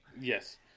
Yes